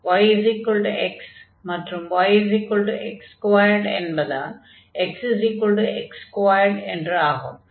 yx மற்றும் yx2 என்பதால் xx2 என்று ஆகும்